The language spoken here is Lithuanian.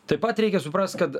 taip pat reikia suprast kad